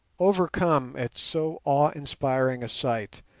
overcome at so awe-inspiring a sight,